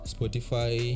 Spotify